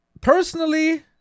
personally